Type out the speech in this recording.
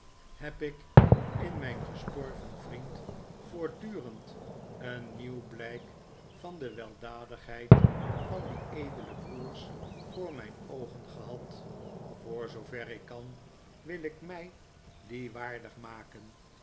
heb ik in mijn gestorven vriend voortdurend een nieuw blijk van de weldadigheid van die edele broers voor mijn oogen gehad voor zoover ik kan wil ik mij die waardig maken